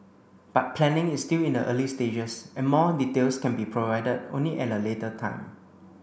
but planning is still in the early stages and more details can be provided only at a later time